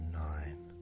nine